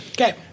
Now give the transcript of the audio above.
Okay